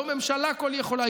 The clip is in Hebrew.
לא ממשלה כול-יכולה,